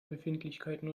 befindlichkeiten